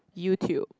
YouTube